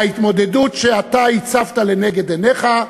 להתמודדות שאתה הצבת לנגד עיניך,